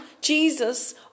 Jesus